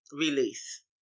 release